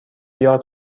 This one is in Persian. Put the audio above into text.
یاد